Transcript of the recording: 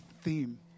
theme